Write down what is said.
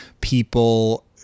people